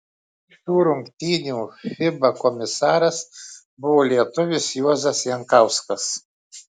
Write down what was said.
šių rungtynių fiba komisaras buvo lietuvis juozas jankauskas